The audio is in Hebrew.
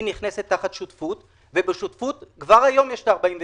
לקחת ולהגדיל את זה עד ל-49%?